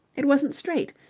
it wasn't straight.